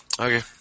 okay